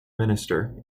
minster